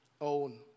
own